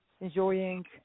enjoying